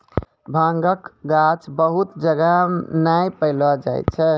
भांगक गाछ बहुत जगह नै पैलो जाय छै